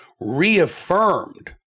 reaffirmed